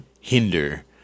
hinder